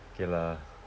okay lah